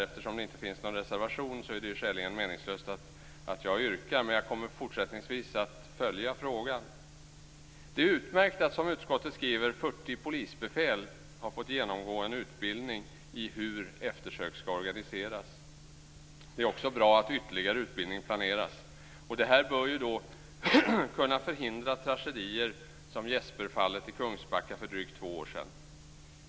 Eftersom det inte finns någon reservation är det ju skäligen meningslöst att jag yrkar, men jag kommer fortsättningsvis att följa frågan. Det är utmärkt att, som utskottet skriver, 40 polisbefäl har fått genomgå en utbildning i hur eftersök skall organiseras. Det är också bra att ytterligare utbildning planeras. Det här bör kunna förhindra tragedier som Jesper-fallet i Kungsbacka för drygt två år sedan.